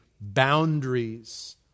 boundaries